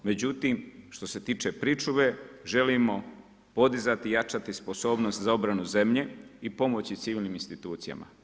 Međutim, što se tiče pričuve, želimo podizati i jačati sposobnost za obrane zemlje i pomoći civilnim institucijama.